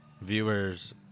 Viewers